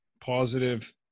positive